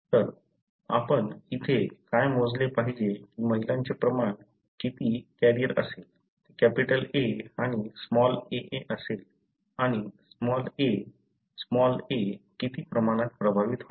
तर आपण इथे काय मोजले पाहिजे की महिलांचे प्रमाण किती कॅरियर असेल ते कॅपिटल "A" लहान "a" असेल आणि लहान "a" लहान "a" किती प्रमाणात प्रभावित होईल